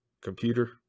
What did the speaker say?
computer